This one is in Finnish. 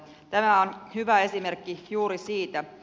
tämä on hyvä esimerkki juuri siitä